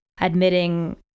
admitting